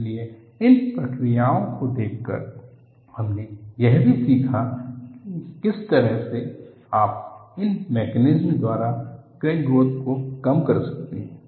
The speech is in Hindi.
इसलिए इन प्रक्रियाओं को देखकर हमने यह भी सीखा कि किस तरह से आप इन मैकेनिज्मस द्वारा क्रैक ग्रोथ को कम कर सकते हैं